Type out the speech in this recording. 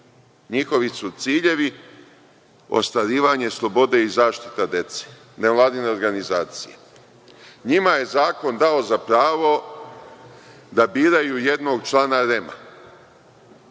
Njihovi su ciljevi ostvarivanje slobode i zaštita dece, nevladina organizacija. Njima je zakon dao za pravo da biraju jednog člana REM-a